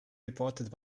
reported